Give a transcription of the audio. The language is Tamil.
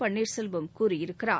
பள்ளீர்செல்வம் கூறியிருக்கிறார்